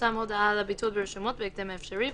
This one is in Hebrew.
תפורסם הודעה על הביטול ברשומות בהקדם האפשרי,